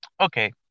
Okay